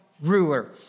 ruler